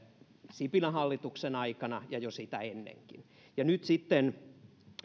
sipilän hallituksen aikana ja jo sitä ennenkin nyt sitten